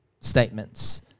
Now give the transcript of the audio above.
statements